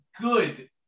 good